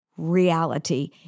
Reality